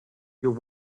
your